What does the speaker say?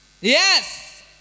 Yes